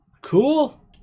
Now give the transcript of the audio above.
Cool